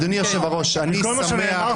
המקום היחיד שאתה יכול ללכת זה לכהנא.